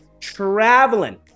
traveling